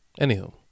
Anywho